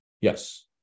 Yes